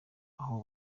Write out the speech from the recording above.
aho